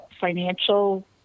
financial